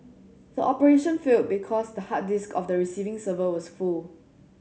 the operation failed because the hard disk of the receiving server was full